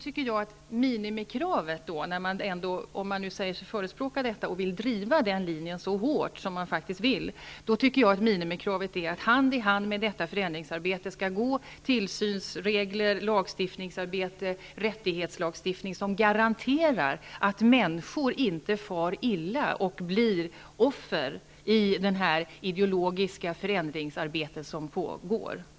Om man nu säger sig förespråka detta och vill driva den linjen så hårt, tycker jag att minimikravet är att hand i hand med detta förändringsarbete skall gå tillsynsregler, lagstiftningsarbete och rättighetslagstiftning, som garanterar att människor inte far illa och blir offer i det ideologiska förändringsarbete som pågår.